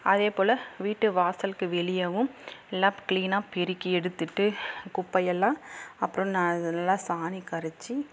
அதேப்போல் வீட்டு வாசலுக்கு வெளியேவும் எல்லா கிளீனா பெருக்கி எடுத்துகிட்டு குப்பை எல்லாம் அப்புறம் நா நல்லா சாணி கரைத்து